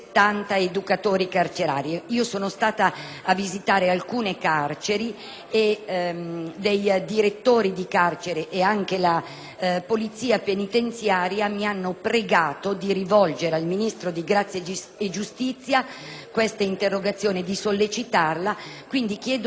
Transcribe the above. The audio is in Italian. e alcuni direttori di carceri e la Polizia penitenziaria mi hanno pregato di rivolgere al Ministro della giustizia questa interrogazione e di sollecitarla in tal senso. Anche in merito al provvedimento di cui discuteremo la settimana prossima, quello